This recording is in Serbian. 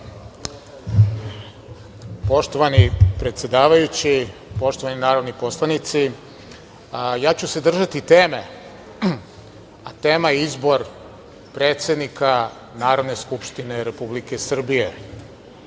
Poštovani predsedavajući, poštovani narodni poslanici, ja ću se držati teme, a tema je izbor predsednika Narodne skupštine Republike Srbije